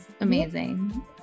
Amazing